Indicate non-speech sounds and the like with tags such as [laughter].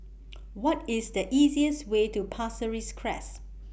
[noise] What IS The easiest Way to Pasir Ris Crest